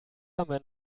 haben